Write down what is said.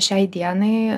šiai dienai